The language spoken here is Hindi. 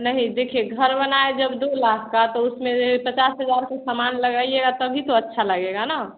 नहीं देखिए घर बनाए जब दो लाख का तो उसमें पचास हज़ार के सामान लगाइएगा तभी तो अच्छा लगेगा ना